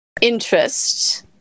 interest